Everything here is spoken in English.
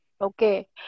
okay